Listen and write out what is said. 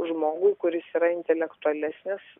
žmogui kuris yra intelektualesnis